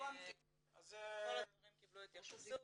כל הדברים קיבלו התייחסות.